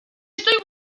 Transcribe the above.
estoy